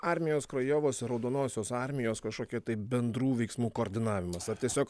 armijos krojovos ir raudonosios armijos kažkokie tai bendrų veiksmų koordinavimas ar tiesiog